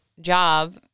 job